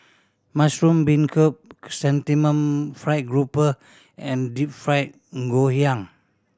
mushroom beancurd Chrysanthemum Fried Grouper and Deep Fried Ngoh Hiang